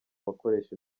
bakoresha